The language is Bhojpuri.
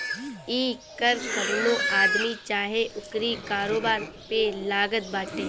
इ कर कवनो आदमी चाहे ओकरी कारोबार पे लागत बाटे